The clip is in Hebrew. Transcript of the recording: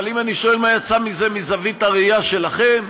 אבל אם אני שואל מה יצא מזה, מזווית הראייה שלכם,